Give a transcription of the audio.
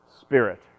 spirit